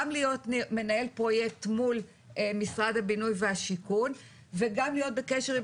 גם להיות מנהל פרויקט מול משרד הבינוי והשיכון וגם להיות בקשר עם